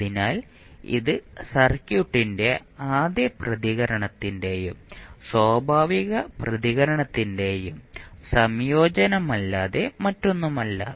അതിനാൽ ഇത് സർക്യൂട്ടിന്റെ ആദ്യ പ്രതികരണത്തിന്റെയും സ്വാഭാവിക പ്രതികരണത്തിന്റെയും സംയോജനമല്ലാതെ മറ്റൊന്നുമല്ല